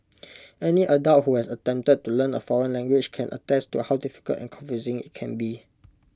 any adult who has attempted to learn A foreign language can attest to how difficult and confusing IT can be